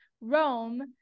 Rome